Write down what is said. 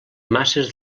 masses